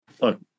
look